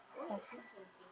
what since when seh